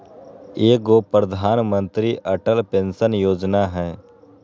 एगो प्रधानमंत्री अटल पेंसन योजना है?